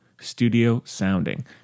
studio-sounding